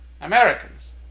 Americans